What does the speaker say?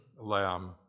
lamb